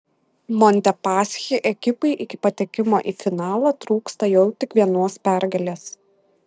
montepaschi ekipai iki patekimo į finalą trūksta jau tik vienos pergalės